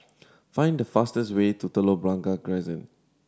find the fastest way to Telok Blangah Crescent